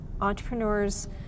entrepreneurs